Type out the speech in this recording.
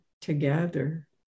together